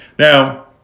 Now